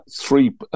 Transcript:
three